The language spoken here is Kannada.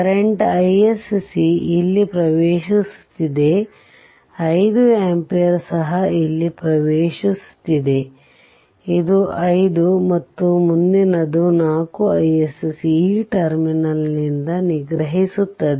ಕರೆಂಟ್ iSC ಇಲ್ಲಿ ಪ್ರವೇಶಿಸುತ್ತಿದೆ 5 ಆಂಪಿಯರ್ ಸಹ ಇಲ್ಲಿ ಪ್ರವೇಶಿಸುತ್ತಿದೆ ಇದು 5 ಮತ್ತು ಮುಂದಿನ 4 iSC ಈ ಟರ್ಮಿನಲ್ ನ್ನಿಂದ ನಿರ್ಗಮಿಸುತ್ತದೆ